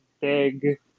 big